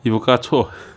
you will cu~ 错